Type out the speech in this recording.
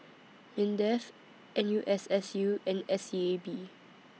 Mindef N U S S U and S E A B